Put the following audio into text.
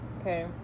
Okay